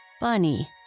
Bunny